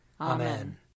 Amen